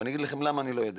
אני אגיד לכם למה אני לא יודע,